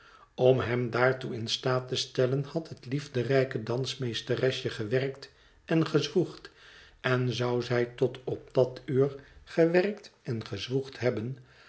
om hem daartoe in staat te stellen had het liefderijke dansmeesteresje gewerkt en gezwoegd en zou zij tot op dat uur gewerkt en gezwoegd hebben